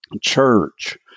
church